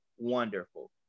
wonderful